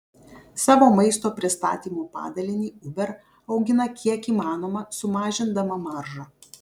savo maisto pristatymo padalinį uber augina kiek įmanoma sumažindama maržą